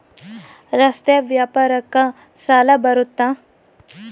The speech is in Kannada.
ರಸ್ತೆ ವ್ಯಾಪಾರಕ್ಕ ಸಾಲ ಬರುತ್ತಾ?